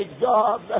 God